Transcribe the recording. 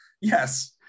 yes